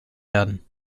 werden